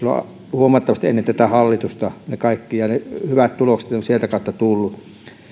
huomattavasti ennen tätä hallitusta ne kaikki ne hyvät tulokset ovat sieltä kautta tulleet